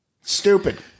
Stupid